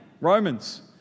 Romans